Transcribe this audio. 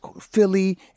Philly